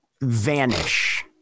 vanish